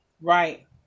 Right